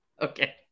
Okay